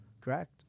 Correct